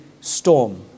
storm